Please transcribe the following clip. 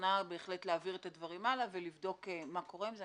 מוכנה בהחלט להעביר את הדברים האלה ולבדוק מה קורה עם זה.